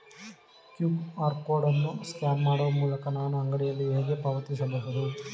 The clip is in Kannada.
ಕ್ಯೂ.ಆರ್ ಕೋಡ್ ಅನ್ನು ಸ್ಕ್ಯಾನ್ ಮಾಡುವ ಮೂಲಕ ನಾನು ಅಂಗಡಿಯಲ್ಲಿ ಹೇಗೆ ಪಾವತಿಸಬಹುದು?